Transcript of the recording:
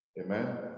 Amen